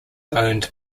owned